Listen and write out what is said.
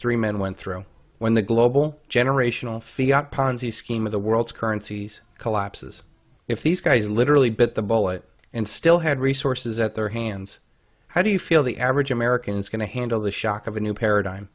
three men went through when the global generational fiar ponzi scheme of the world's currencies collapses if these guys literally bit the bullet and still had resources at their hands how do you feel the average american is going to handle the shock of a new paradigm